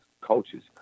coaches